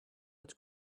not